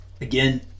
again